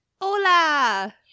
Hola